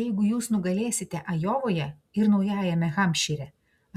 jeigu jūs nugalėsite ajovoje ir naujame hampšyre